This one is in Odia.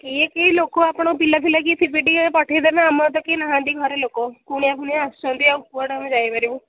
କିଏ କିଏ ଲୋକ ଆପଣଙ୍କ ପିଲା ଫିଲା କିଏ ଥିବେ ଟିକେ ପଠାଇ ଦେବେ ଆମର ତ କେହିନାହାଁନ୍ତି ଘରେ ଲୋକ କୁଣିଆ ଫୁଣିଆ ଆସିଛନ୍ତି ଆଉ କୁଆଡ଼େ ଆମେ ଯାଇପାରିବୁ